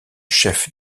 chef